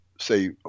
say